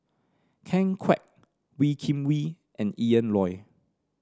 Ken Kwek Wee Kim Wee and Ian Loy